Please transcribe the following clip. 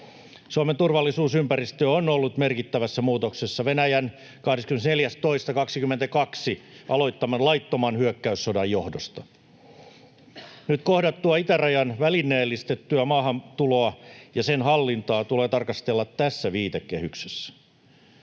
Suomen turvallisuusympäristö on ollut merkittävässä muutoksessa Venäjän 24.2.2022 aloittaman laittoman hyökkäyssodan johdosta. Nyt kohdattua itärajan välineellistettyä maahantuloa ja sen hallintaa tulee tarkastella tässä viitekehyksessä.